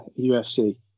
UFC